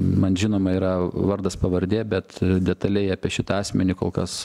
man žinoma yra vardas pavardė bet detaliai apie šitą asmenį kol kas